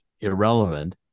irrelevant